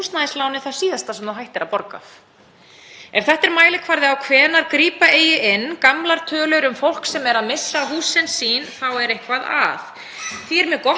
Því er mjög gott að fá þessa umræðu inn í þingið með skýrum hætti og ég hlakka til að fá greinargóð svör frá hæstv. ráðherra um hvernig hagstjórninni er háttað í fjármálaráðuneytinu. Í fyrsta lagi: